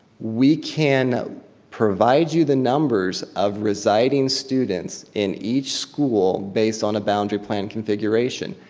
we can provide you the numbers of residing students in each school based on a boundary plan configuration.